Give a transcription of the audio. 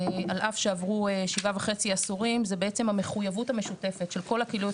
על אף שעברו שבעה וחצי עשורים זה בעצם המחויבות המשותפת של כל הקהילות